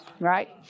Right